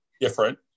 different